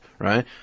Right